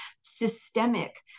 systemic